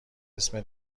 اسم